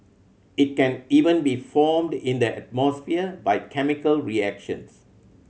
it can even be formed in the atmosphere by chemical reactions